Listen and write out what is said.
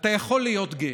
אתה יכול להיות גאה.